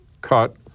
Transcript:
cut